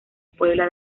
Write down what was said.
puebla